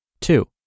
Two